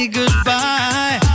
goodbye